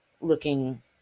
looking